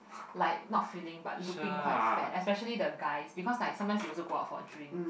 like not feeling but looking quite fat especially the guys because like sometimes they also go out for drinks